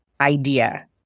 idea